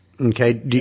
Okay